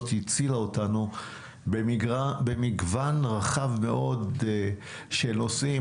הצילה אותנו במגוון רחב מאוד של נושאים,